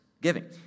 Giving